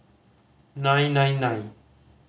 nine nine nine